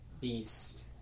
Beast